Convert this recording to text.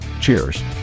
Cheers